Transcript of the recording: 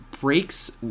breaks